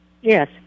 Yes